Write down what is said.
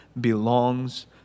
belongs